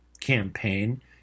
campaign